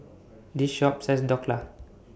This Shop sells Dhokla